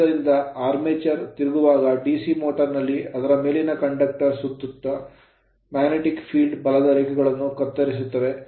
ಆದ್ದರಿಂದ armature armature ತಿರುಗುವಾಗ DC motor motor ನಲ್ಲಿ ಅದರ ಮೇಲಿನ conductor ವಾಹಕಗಳು ಸುತ್ತುತ magnetic field ಕಾಂತೀಯ ಕ್ಷೇತ್ರದ ಬಲದ ರೇಖೆಗಳನ್ನು ಕತ್ತರಿಸುತ್ತವೆ